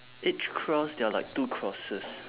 each cross there are like two crosses